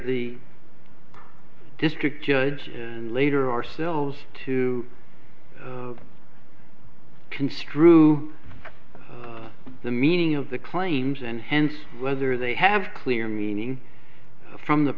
the district judge and later ourselves to construe the meaning of the claims and hence whether they have clear meaning from the